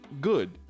good